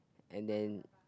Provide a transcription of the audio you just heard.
and then